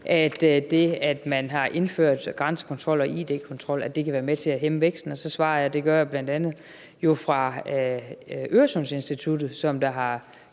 at det, at man har indført grænsekontrol og id-kontrol, kan være med til at hæmme væksten. Og så svarer jeg, at det gør jeg bl.a. på grund af Øresundsinstituttet, som har